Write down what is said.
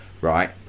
right